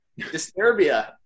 Disturbia